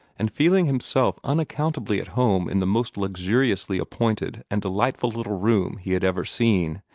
and feeling himself unaccountably at home in the most luxuriously appointed and delightful little room he had ever seen,